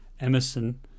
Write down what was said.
Emerson